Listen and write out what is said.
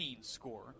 score